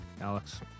Alex